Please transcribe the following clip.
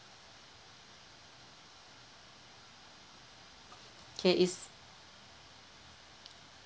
K is